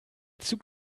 zug